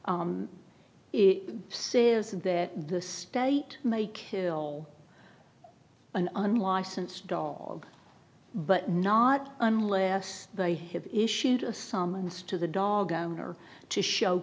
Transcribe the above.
w it says that the state may kill an unlicensed dog but not unless they have issued a summons to the dog owner to show